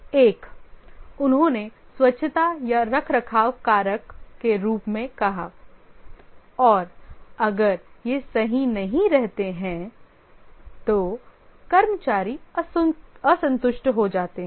एक उन्होंने स्वच्छता या रखरखाव कारक के रूप में कहा और अगर ये सही नहीं रहते तो कर्मचारी असंतुष्ट हो जाते हैं